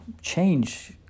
change